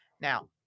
Now